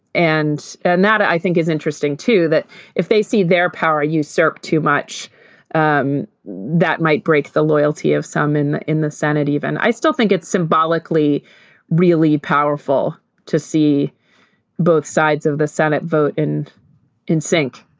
and and that i think is interesting too that if they see their power usurped too much um that might break the loyalty of someone in in the senate even i still think it's symbolically really powerful to see both sides of the senate vote in in sync.